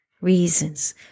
reasons